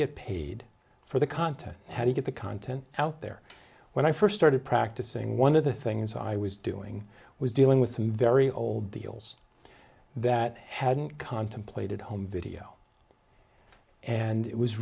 get paid for the content how do you get the content out there when i first started practicing one of the things i was doing was dealing with some very old deals that hadn't contemplated home video and it was